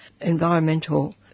environmental